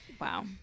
Wow